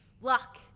luck